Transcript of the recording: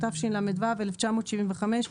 התשל"ו-1975,